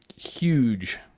Huge